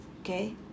okay